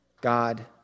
God